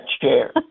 chair